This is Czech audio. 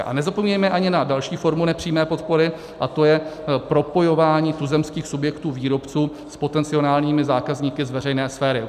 A nezapomínejme ani na další formu nepřímé podpory, a to je propojování tuzemských subjektů, výrobců s potenciálními zákazníky z veřejné sféry.